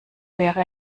wäre